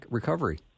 recovery